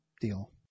deal